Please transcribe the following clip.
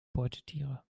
beutetiere